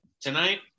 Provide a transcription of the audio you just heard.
Tonight